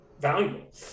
valuable